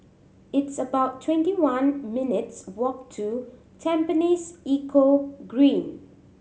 it's about twenty one minutes' walk to Tampines Eco Green